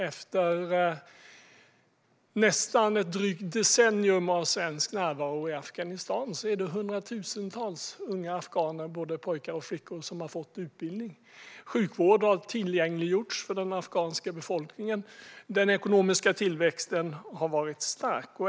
Efter nästan ett drygt decennium av svensk närvaro i Afghanistan har hundratusentals unga afghaner, både pojkar och flickor, fått utbildning. Sjukvård har tillgängliggjorts för den afghanska befolkningen. Den ekonomiska tillväxten har varit stark.